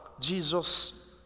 Jesus